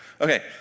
Okay